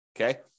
okay